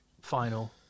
final